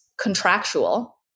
contractual